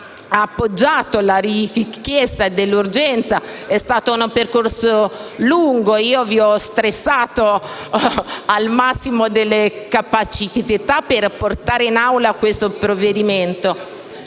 appoggiato la richiesta di urgenza. È stato un percorso lungo, io vi ho stressato al massimo delle mie capacità per portare il provvedimento